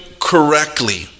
correctly